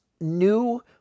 new